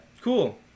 cool